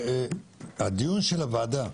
הדיון של הוועדה,